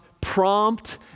prompt